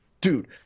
dude